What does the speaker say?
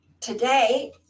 today